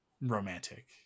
romantic